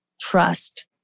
Trust